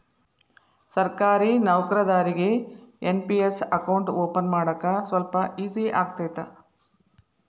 ಸರ್ಕಾರಿ ನೌಕರದಾರಿಗಿ NPS account open ಮಾಡಾಕ ಸ್ವಲ್ಪ ಈಜಿ ಆಗತೈತ